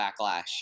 backlash